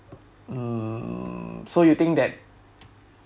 um so you think that